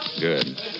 Good